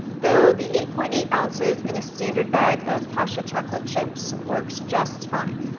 though the eight point eight ounces in a standard bag of pascha chocolate chips works just fine.